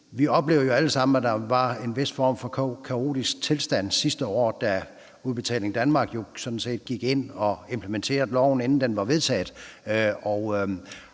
Vi oplevede jo alle sammen, at der var en vis form for kaotisk tilstand sidste år, da Udbetaling Danmark gik ind i det og implementerede loven, inden den var vedtaget.